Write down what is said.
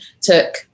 took